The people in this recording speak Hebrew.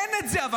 גם את זה נעשה.